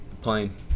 Plain